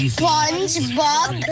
Spongebob